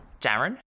Darren